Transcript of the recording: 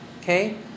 Okay